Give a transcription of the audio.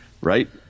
Right